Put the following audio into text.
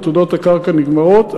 עתודות הקרקע נגמרות,